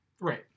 Right